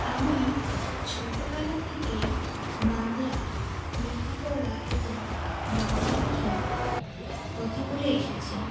আমি ছোটোবেলা থেকেই বাংলা লেখাপড়া এবং বাংলা ভাষায় কথা বলে এসেছি